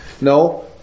No